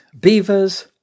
beavers